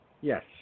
Yes